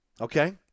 Okay